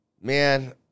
Man